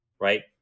right